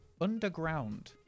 Underground